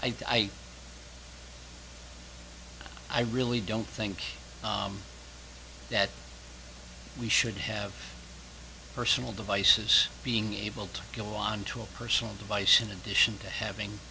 i i really don't think that we should have personal devices being able to go onto a personal device in addition to having